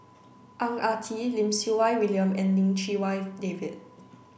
Ang Ah Tee Lim Siew Wai William and Lim Chee Wai David